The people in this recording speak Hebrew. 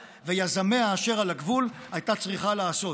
ויזמיה אשר על הגבול הייתה צריכה לעשות?